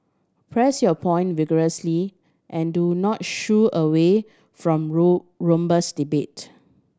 press your point vigorously and do not shu away from robust debate